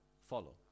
follow